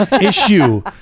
issue